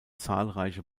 zahlreiche